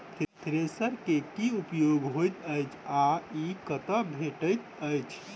Thresher केँ की उपयोग होइत अछि आ ई कतह भेटइत अछि?